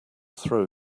throw